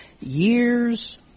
years